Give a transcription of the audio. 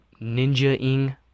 ninja-ing